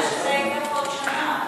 הבעיה היא שזה ייקח עוד שנה.